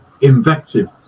invective